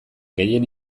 gehien